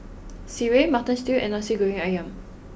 Sireh Mutton Stew And Nasi Goreng Ayam